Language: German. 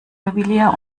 juwelier